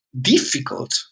difficult